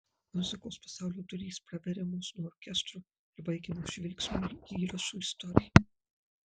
muzikos pasaulio durys praveriamos nuo orkestro ir baigiamos žvilgsniu į įrašų istoriją